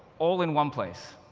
all in one place.